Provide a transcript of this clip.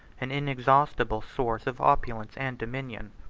an inexhaustible source of opulence and dominion.